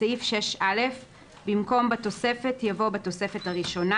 בסעיף 6א במקום "בתוספת" יבוא "בתוספת הראשונה"